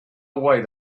way